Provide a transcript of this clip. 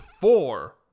four